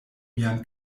mian